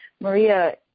Maria